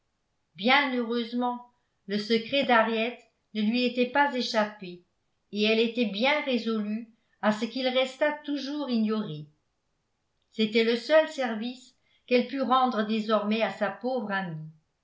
bien heureusement le secret d'henriette ne lui était pas échappé et elle était bien résolue à ce qu'il restât toujours ignoré c'était le seul service qu'elle pût rendre désormais à sa pauvre amie